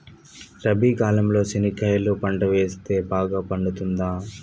రబి కాలంలో చెనక్కాయలు పంట వేస్తే బాగా పండుతుందా?